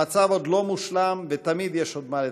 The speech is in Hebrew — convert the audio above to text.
המצב עוד לא מושלם, ותמיד יש עוד מה לתקן.